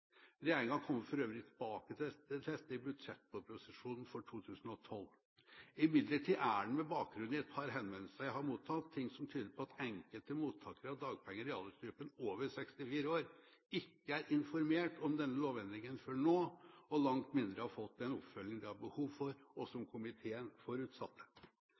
kommer for øvrig tilbake til dette i budsjettproposisjonen for 2012. Imidlertid er det, med bakgrunn i et par henvendelser jeg har mottatt, ting som tyder på at enkelte mottakere av dagpenger i aldersgruppen over 64 år ikke er informert om denne lovendringen før nå, og langt mindre har fått den oppfølgingen de har behov for, og som komiteen forutsatte.